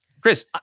Chris